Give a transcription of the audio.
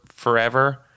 Forever